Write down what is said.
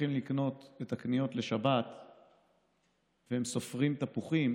הולכים לקנות את הקניות לשבת והם סופרים תפוחים,